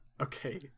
okay